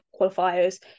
qualifiers